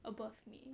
above me